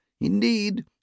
indeed